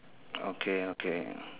okay okay